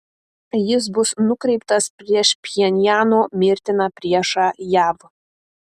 jis bus nukreiptas prieš pchenjano mirtiną priešą jav